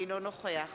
אינו נוכח